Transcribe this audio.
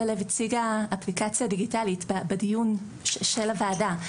אל הלב הציגה אפליקציה דיגיטלית בדיון של הוועדה.